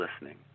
listening